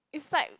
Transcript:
is like